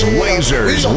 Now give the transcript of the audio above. lasers